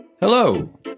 Hello